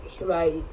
right